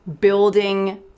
building